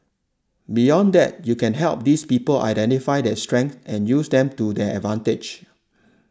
beyond that you can help these people identify their strengths and use them to their advantage